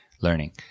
learning